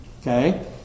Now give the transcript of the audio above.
Okay